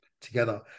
together